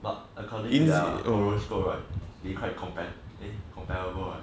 but according to their horoscope right they quite compared comparable